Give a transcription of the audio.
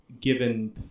given